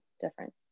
different